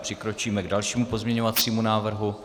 Přikročíme k dalšímu pozměňujícímu návrhu.